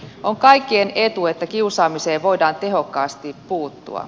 on kaikkien etu että kiusaamiseen voidaan tehokkaasti puuttua